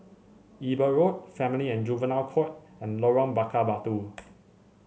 Eber Road Family and Juvenile Court and Lorong Bakar Batu